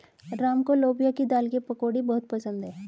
राम को लोबिया की दाल की पकौड़ी बहुत पसंद हैं